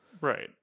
Right